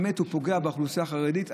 פוגעת באמת רק באוכלוסייה החרדית,